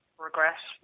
Regret